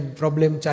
problem